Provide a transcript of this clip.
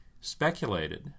speculated